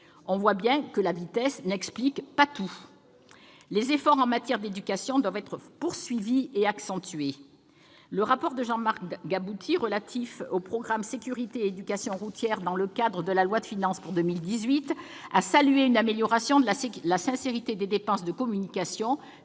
On voit bien que la vitesse n'explique pas tout. Les efforts en matière d'éducation doivent être poursuivis et accentués. Le rapport de Jean-Marc Gabouty sur le programme « Sécurité et éducation routières » de la loi de finances pour 2018 a salué une amélioration de la sincérité budgétaire pour les dépenses de communication